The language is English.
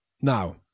now